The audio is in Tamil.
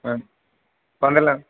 ஆ வந்துடலாங்க